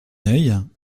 œil